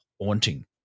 haunting